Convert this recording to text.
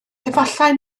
efallai